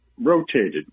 rotated